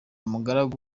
mugaragu